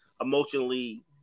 emotionally